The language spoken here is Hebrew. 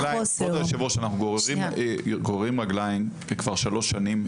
אנחנו גוררים רגליים כי כבר שלוש שנים,